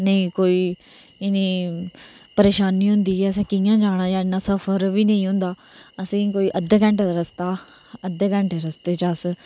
नेईं कोई इन्नी परेशानी होंदी ऐ असेंगी कियां जाना ते इन्ना सफर बी नेईं होंदा असेंगी कोई अद्धे घंटे दा रस्ता अध्दे घंटे दे रस्ते च अस